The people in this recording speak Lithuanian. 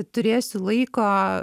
turėsiu laiko